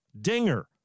Dinger